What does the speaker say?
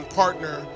partner